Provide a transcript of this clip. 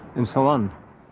and so on.